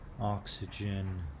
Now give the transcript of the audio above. oxygen